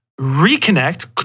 reconnect